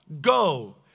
Go